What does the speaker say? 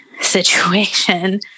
situation